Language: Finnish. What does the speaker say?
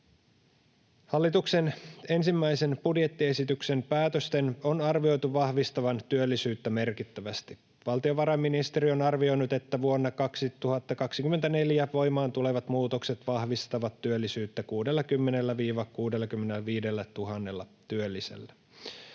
Hallituksen ensimmäisen budjettiesityksen päätösten on arvioitu vahvistavan työllisyyttä merkittävästi. Valtiovarainministeriö on arvioinut, että vuonna 2024 voimaan tulevat muutokset vahvistavat työllisyyttä 60 000—65 000 työllisellä.